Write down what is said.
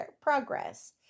progress